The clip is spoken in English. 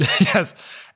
Yes